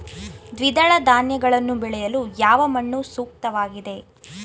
ದ್ವಿದಳ ಧಾನ್ಯಗಳನ್ನು ಬೆಳೆಯಲು ಯಾವ ಮಣ್ಣು ಸೂಕ್ತವಾಗಿದೆ?